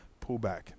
pullback